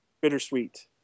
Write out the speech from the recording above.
Bittersweet